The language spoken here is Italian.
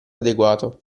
adeguato